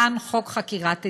להלן: חוק חקירת עדים,